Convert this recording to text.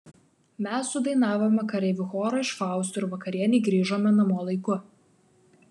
mes sudainavome kareivių chorą iš fausto ir vakarienei grįžome namo laiku